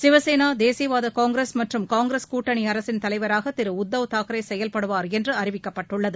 சிவசேனா தேசியவாத காங்கிரஸ் மற்றும் காங்கிரஸ் கூட்டணி அரசின் தலைவராக திரு உத்தவ் தாக்கரே செயல்படுவார் என்று அறிவிக்கப்பட்டுள்ளது